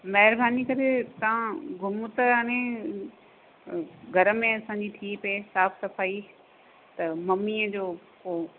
महिरबानी करे तव्हां घुमो त यानि घर में असांजी थी पिए साफ़ु सफ़ाई त मम्मीअ जो को